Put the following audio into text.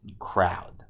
crowd